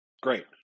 Great